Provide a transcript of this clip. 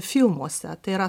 filmuose tai yra